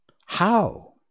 How